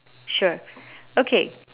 sure okay